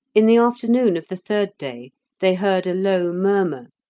in the afternoon of the third day they heard a low murmur,